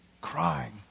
crying